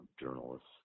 journalists